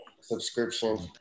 Subscription